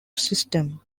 system